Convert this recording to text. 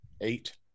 eight